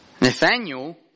nathaniel